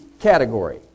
category